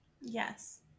Yes